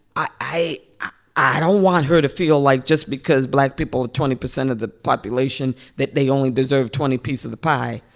i i don't want her to feel like just because black people are twenty percent of the population that they only deserve twenty piece of the pie.